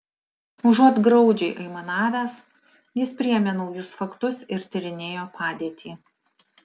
užuot graudžiai aimanavęs jis priėmė naujus faktus ir tyrinėjo padėtį